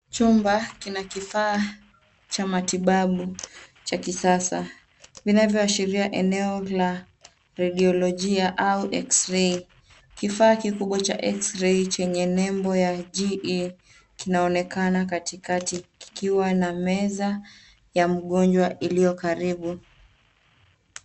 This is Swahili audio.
Chumba kina kifaa cha matibabu cha kisasa vinavyoashiria eneo la rediolojia au eksrei. Kifaa kikubwa cha eksrei chenye nembo ya GA kinaonekana katikati kikiwa na meza ya mgonjwa iliyo karibu.